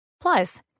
Plus